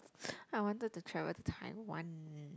I wanted to travel to Taiwan